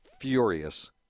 furious